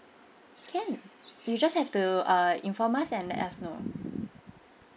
can you just have to uh inform us and let us know